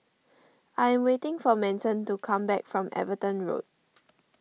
I am waiting for Manson to come back from Everton Road